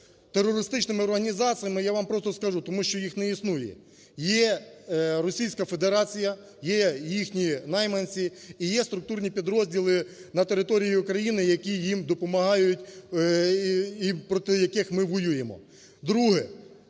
терористичними організаціями? Я вам просто скажу, тому що їх не існує, є Російська Федерація, є їхні найманці і є структурні підрозділи на території України, які їм допомагають і проти яких ми воюємо.